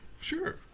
Sure